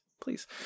Please